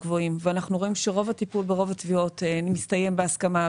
גבוהים ואנחנו רואים שרוב הטיפול ברוב התביעות מסתיים בהסכמה,